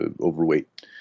overweight